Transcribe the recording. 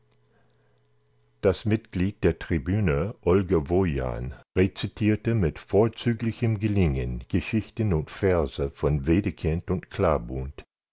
das mitglied der tribüne olga wojan rezitierte mit vorzüglichem gelingen geschichten und verse von wedekind und